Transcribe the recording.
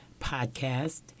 Podcast